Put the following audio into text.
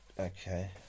Okay